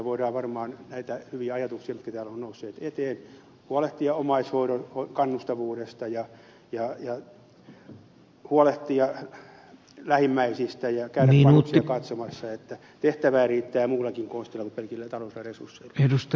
voidaan varmaan toteuttaa näitä hyviä ajatuksia mitkä täällä ovat nousseet esiin huolehtia omaishoidon kannustavuudesta ja huolehtia lähimmäisistä ja käydä vanhuksia katsomassa joten tehtävää riittää muillakin konsteilla kuin pelkillä taloudellisilla resursseilla